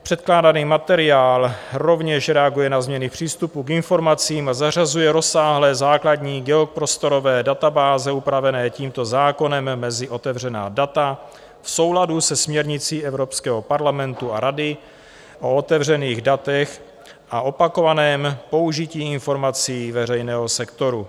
Předkládaný materiál rovněž reaguje na změny v přístupu k informacím a zařazuje rozsáhlé základní geoprostorové databáze upravené tímto zákonem mezi otevřená data v souladu se směrnicí Evropského parlamentu a Rady o otevřených datech a opakovaném použití informací veřejného sektoru.